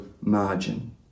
margin